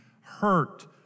hurt